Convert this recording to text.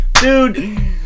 Dude